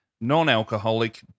non-alcoholic